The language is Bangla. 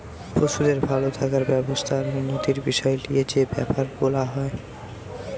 পশুদের ভাল থাকার ব্যবস্থা আর উন্নতির বিষয় লিয়ে যে বেপার বোলা হয়